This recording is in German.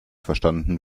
verstanden